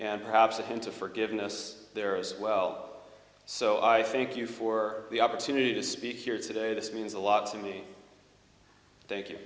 and perhaps a hint of forgiveness there as well so i thank you for the opportunity to speak here today this means a lot to me thank you